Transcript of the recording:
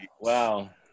Wow